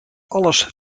alles